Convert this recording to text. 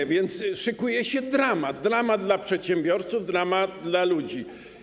A więc szykuje się dramat, dramat dla przedsiębiorców, dramat dla ludzi.